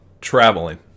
traveling